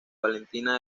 valentina